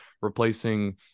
replacing